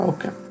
Okay